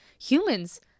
humans